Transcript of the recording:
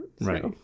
Right